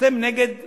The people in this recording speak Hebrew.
אתם נגד הקפאה?